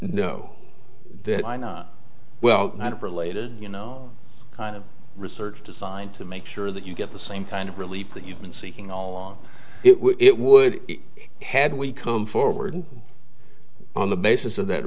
honor no well not related you know kind of research designed to make sure that you get the same kind of relief that you've been seeking all along it would be had we come forward on the basis of that